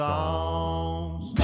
Songs